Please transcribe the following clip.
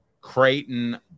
Creighton